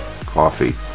coffee